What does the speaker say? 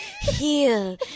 Heal